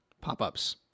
pop-ups